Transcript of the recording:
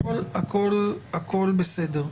הכל בסדר.